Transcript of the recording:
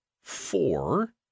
four